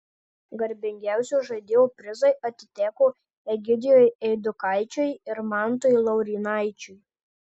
garbingiausio žaidėjo prizai atiteko egidijui eidukaičiui ir mantui laurynaičiui